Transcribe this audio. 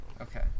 Okay